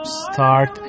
start